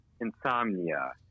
insomnia